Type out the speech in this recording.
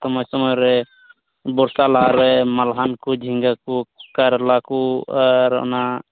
ᱥᱚᱢᱳᱭ ᱥᱚᱢᱳᱭᱨᱮ ᱵᱚᱨᱥᱟ ᱞᱟᱦᱟ ᱨᱮ ᱢᱟᱞᱦᱟᱱ ᱠᱚ ᱡᱷᱤᱸᱜᱟᱹ ᱠᱚ ᱠᱟᱨᱞᱟ ᱠᱚ ᱟᱨ ᱚᱱᱟ